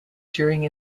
during